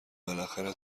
بالاخره